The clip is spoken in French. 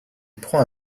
prend